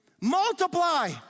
Multiply